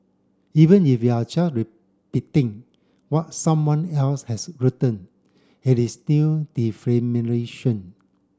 even if you are just repeating what someone else has written it is still